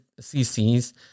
cc's